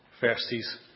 verses